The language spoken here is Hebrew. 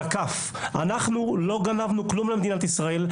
אנחנו לא גנבנו כלום ממדינת ישראל,